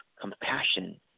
compassion